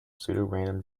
pseudorandom